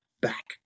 back